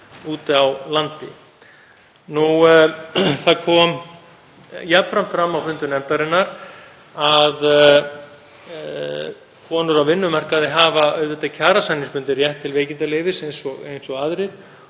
Það kom jafnframt fram á fundum nefndarinnar að konur á vinnumarkaði hafa auðvitað kjarasamningsbundin rétt til veikindaleyfis eins og aðrir